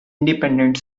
independent